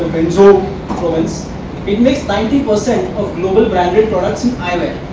province it makes ninety percent of global branded products in eyewear